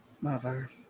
Mother